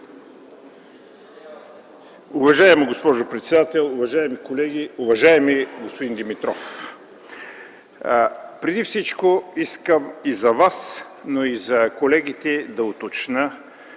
Уважаема госпожо председател, уважаеми колеги, уважаеми господин Димитров! Преди всичко искам и за Вас, но и за колегите да уточня,